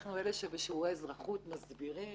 אנחנו אלה שבשיעורי האזרחות מסבירים,